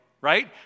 right